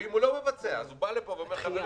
ואם הוא לא מבצע אז הוא בא לפה ואומר: חברים,